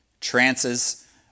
trances